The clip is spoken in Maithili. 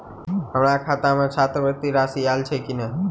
हम्मर खाता मे छात्रवृति राशि आइल छैय की नै?